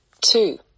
Two